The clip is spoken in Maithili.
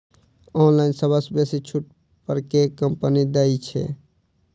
ऑनलाइन सबसँ बेसी छुट पर केँ कंपनी दइ छै?